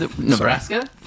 Nebraska